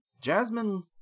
Jasmine